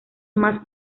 más